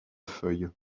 feuille